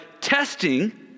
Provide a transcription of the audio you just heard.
testing